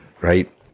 right